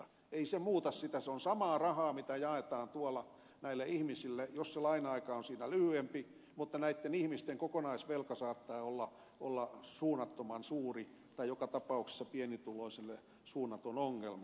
ei se muuta sitä se on samaa rahaa mitä jaetaan tuolla näille ihmisille jos se laina aika on siinä lyhyempi mutta näitten ihmisten kokonaisvelka saattaa olla suunnattoman suuri tai joka tapauksessa pienituloisille suunnaton ongelma